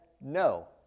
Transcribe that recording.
no